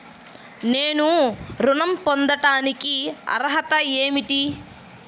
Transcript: నేను ఋణం పొందటానికి అర్హత ఏమిటి?